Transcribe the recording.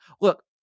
look